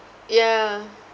ya